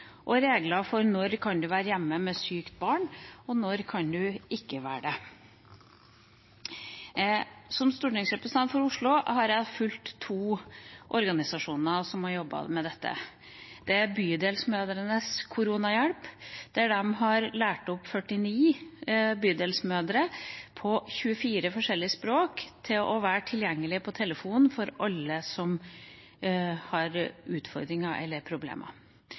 og regler for når man kan være hjemme med sykt barn, og når man ikke kan være det. Som stortingsrepresentant for Oslo har jeg fulgt to organisasjoner som har jobbet med dette. Det er Bydelsmødrenes koronahjelp, som har lært opp 49 bydelsmødre på 24 forskjellige språk til å være tilgjengelig på telefon for alle som har utfordringer eller problemer.